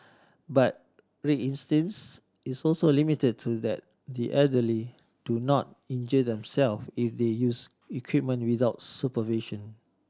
but resistance is also limited to that the elderly do not injure themselves if they use equipment without supervision